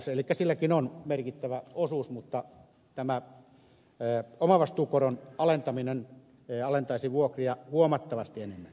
elikkä silläkin on merkittävä osuus mutta omavastuukoron alentaminen alentaisi vuokria huomattavasti enemmän